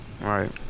Right